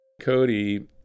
Cody